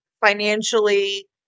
financially